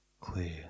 clear